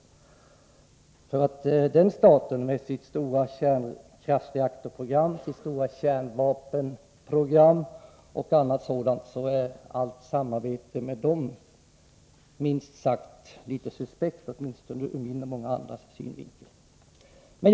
Allt samarbete med den staten, som har omfattande kärnreaktoroch kärnvapenprogram m.m., är — åtminstone ur min och även många andras synvinkel — minst sagt suspekt.